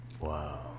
Wow